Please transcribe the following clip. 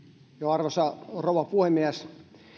arvoisa rouva puhemies